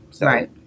Right